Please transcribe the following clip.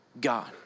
God